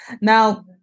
Now